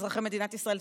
אזרחי מדינת ישראל".